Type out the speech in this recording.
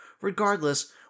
Regardless